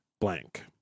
blank